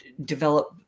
develop